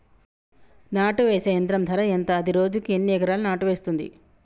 నాటు వేసే యంత్రం ధర ఎంత? అది రోజుకు ఎన్ని ఎకరాలు నాటు వేస్తుంది?